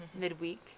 midweek